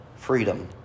Freedom